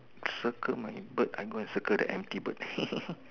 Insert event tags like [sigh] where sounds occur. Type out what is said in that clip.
circle my bird I go and circle the empty bird [laughs]